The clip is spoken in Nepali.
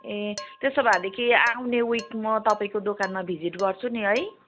ए त्यसो भएदेखि आउने विक म तपाईँको दोकानमा भिजिट गर्छु नि है